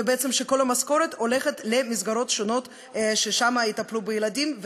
ובעצם כל המשכורות הולכת למסגרות שונות שבהן יטפלו בילדים.